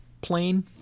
plane